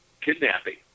kidnapping